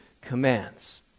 commands